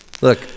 Look